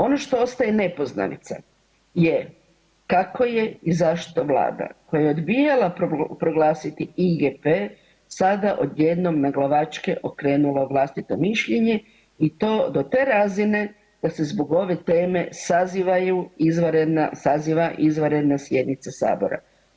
Ono što ostaje nepoznanica je kako je i zašto Vlada koja je odbijala proglasiti IGP sada odjednom naglavačke okrenula vlastito mišljenje i to do te razine da se zbog ove teme saziva izvanredna sjednica Sabora?